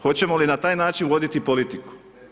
Hoćemo li na taj način voditi politiku?